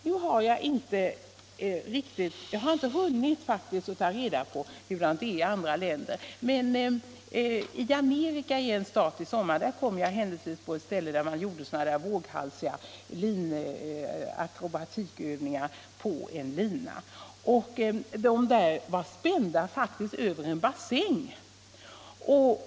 Nu har jag faktiskt inte hunnit att tå reda på hur det är ordnat i andra länder, men i en stat i Amerika kom jag i somras av en händelse till ett ställe där artister gjorde våghalsiga akrobatiska övningar på lina, och den linan var spänd över en bassäng.